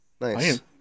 Nice